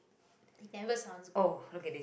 it never sounds good